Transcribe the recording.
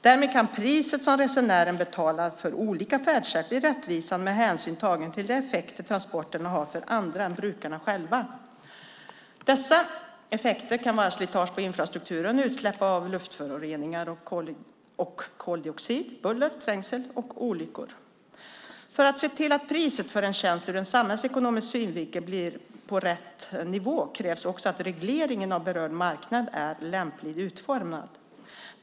Därmed kan priset som resenären betalar för olika färdsätt bli rättvisande med hänsyn tagen till de effekter transporterna har för andra än brukarna själva. Dessa effekter kan vara slitage på infrastrukturen, utsläpp av luftföroreningar och koldioxid, buller, trängsel och olyckor. För att se till att priset för en tjänst ur en samhällsekonomisk synvinkel blir på rätt nivå krävs också att regleringen av berörd marknad är lämpligt utformad.